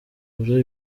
kugura